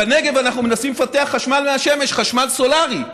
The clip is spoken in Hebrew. בנגב אנחנו מנסים לפתח חשמל מהשמש, חשמל סולרי,